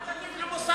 אל תטיף לי מוסר.